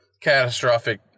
catastrophic